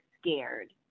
scared